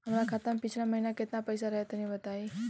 हमरा खाता मे पिछला महीना केतना पईसा रहे तनि बताई?